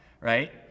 right